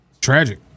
Tragic